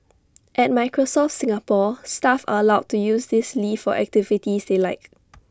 at Microsoft Singapore staff are allowed to use this leave for activities they like